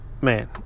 Man